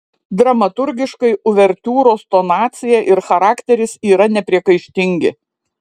dramaturgiškai uvertiūros tonacija ir charakteris yra nepriekaištingi